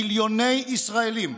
מיליוני ישראלים,